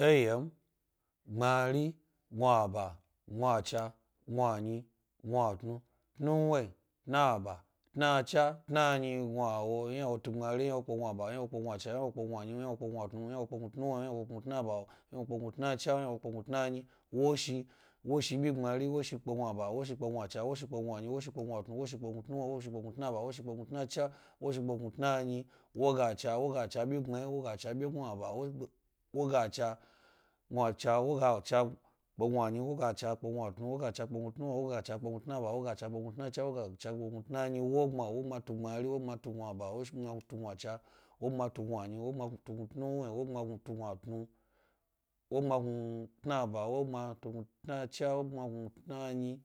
Eye m gbmari, gnuhaba, gnuacha, gnuayi, gnuatnu, dnu wni tsba, tnacha, tnanyi, gnuawo, ynawo tu gbamari ynawo pke gnuaba, ynawo pke gnuacha, ynawo pke gnuanyi, ynawo pke gnuanyi, ynawo pke gnuuatnu, tnaba, ynawo pke gnu tnacha, ynawo pke gnu tnanyi, woshi. Washi bi gbmari, woshi pke gnuaba, wooshi pke gnuacha, woshi pke gnuanyi, sohi pke gnua tnu, woshi pke gnutnuwni, woshi pke gnutnaba, wosshi pke gnutnacha woshi pke jgnuatnanyi wagacha wogacha bu gbmsy, wogacha bi gnuaba wogacha-gacha, wagacha pke gnuanyi, wogacha pke gnuatnu, wogacha pke gnutnuwni, wogacha pk gnutnaabbb, wogacha pke gnuatnacha wogacha pke gnutnayi, wogabma. tu gbmani wogabma tu gnuaba, wogabma tu gnuaba woshi gbmari tu gnuacha wogbmatu gnu anyi, wogbma tusnutnuwni, wogbma gnu tnu, wogbma gnu tnanyi